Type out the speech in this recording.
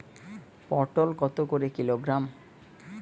পটল কত করে কিলোগ্রাম?